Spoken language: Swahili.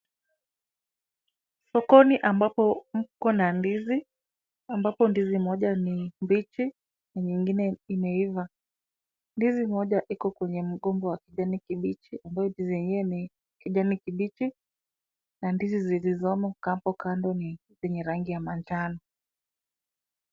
Sokoni ambapo kuko na ndizi, ambapo ndizi moja ni mbichi, na nyingine imeiva. Ndizi moja iko kwenye mgomba wa kijani kibichi, ambapo ndizi zenyewe ni kijani kibichi, na ndizi zilizomo hapo kando ni zenye rangi ya manjano.